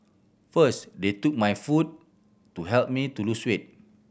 first they took my food to help me to lose weight